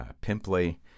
pimply